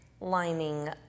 lining